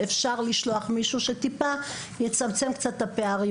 שאפשר לשלוח מישהו שטיפה יצמצם קצת את הפערים,